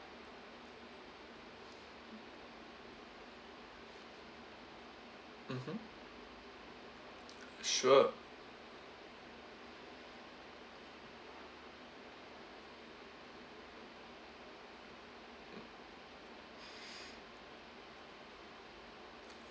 mmhmm sure mm